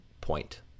point